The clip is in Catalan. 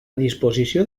disposició